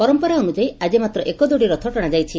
ପରମ୍ପରା ଅନୁଯାୟୀ ଆକି ମାତ୍ର ଏକଦଉଡି ରଥ ଟଣାଯାଇଛି